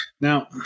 Now